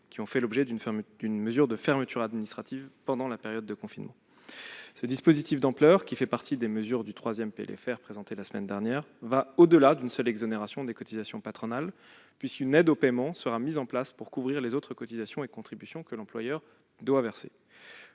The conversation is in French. qui ont fait l'objet d'une mesure de fermeture administrative pendant la période de confinement. Ce dispositif d'ampleur, qui fait partie des mesures du troisième PLFR présenté la semaine dernière, va au-delà d'une seule exonération des cotisations patronales, puisqu'une aide au paiement sera mise en place pour couvrir les autres cotisations et contributions que l'employeur doit verser.